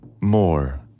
more